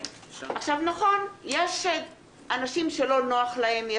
נכון, יש אנשים שלא נוח להם.